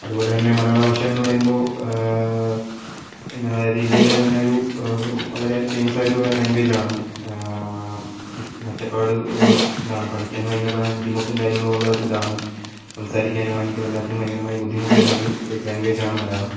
അതുപോലെതന്നെ മലയാള ഭാഷ എന്നു പറയുമ്പോൾ എന്താ അതായത് ഇന്ത്യയിലെ തന്നെ ഒരു വളരെ ഫേമസ് ആയൊരു ലാംഗ്വേജ് ആണ് മറ്റേ പാട് എന്താണ് പഠിക്കാൻ ഭയങ്കര ബുദ്ധിമുട്ടും കാര്യങ്ങളും ഉള്ള ഒരു ഇതാണ് സംസാരിക്കാൻ ആണെങ്കിലും എല്ലാത്തിനും ഭയങ്കരമായ ബുദ്ധിമുട്ട് വരുന്ന ഒര് ഇത് ഒരു ലാംഗ്വേജ് ആണ് മലയാളം